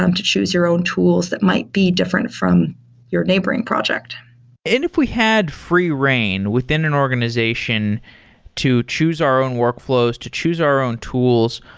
um to choose your own tools that might be different from your neighboring project. and if we had free reign within an organization to choose our own workflows, to choose our own tools,